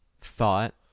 thought